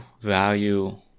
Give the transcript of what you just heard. value